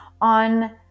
on